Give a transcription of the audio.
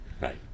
Right